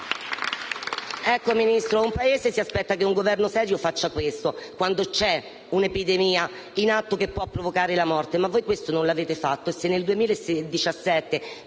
Ecco, Ministro, un Paese si aspetta che un Governo serio faccia questo, quando c'è un'epidemia in atto che può provocare la morte. Ma voi non lo avete fatto.